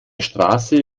straße